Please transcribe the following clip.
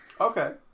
Okay